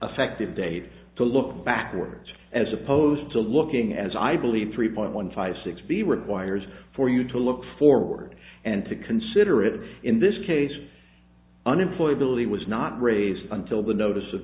affected date to look backwards as opposed to looking as i believe three point one five six b requires for you to look forward and to consider it in this case unemployability was not raised until the notice of